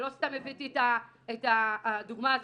ולא סתם הבאתי את הדוגמה הזאת.